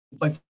play